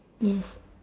yes